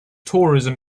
tourism